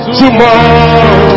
tomorrow